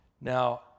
Now